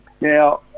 Now